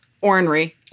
ornery